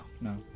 No